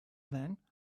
then